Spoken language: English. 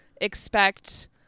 expect